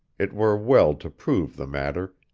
it were well to prove the matter,